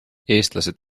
eestlased